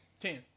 ten